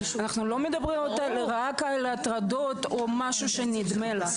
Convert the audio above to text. אנחנו לא מדברים רק על הטרדות או משהו שנדמה לה.